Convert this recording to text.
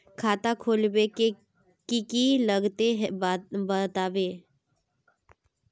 खाता खोलवे के की की लगते बतावे?